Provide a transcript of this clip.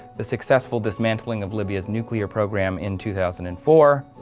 the successful dismantling of libya's nuclear program in two thousand and four,